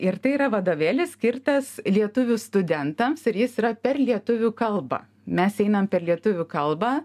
ir tai yra vadovėlis skirtas lietuvių studentams ir jis yra per lietuvių kalbą mes einam per lietuvių kalbą